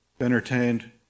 entertained